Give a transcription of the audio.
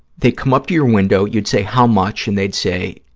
they'd come up to your window. you'd say, how much? and they'd say,